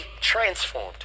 transformed